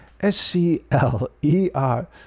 S-C-L-E-R